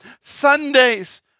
Sundays